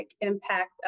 impact